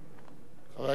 חבר הכנסת נפאע,